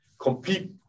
Compete